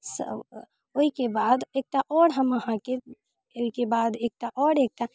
सभ ओहिके बाद एकटा आओर हम अहाँके एहिके बाद एकटा आओर एकटा